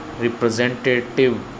representative